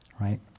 right